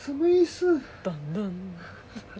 什么意思